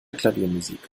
klaviermusik